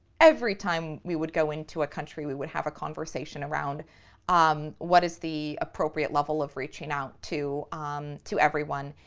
every time we would go into a country we would have a conversation around um what is the appropriate level of reaching out to to everyone.